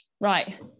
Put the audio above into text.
right